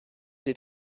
des